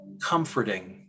comforting